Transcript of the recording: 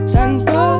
Santo